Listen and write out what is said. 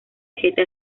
siete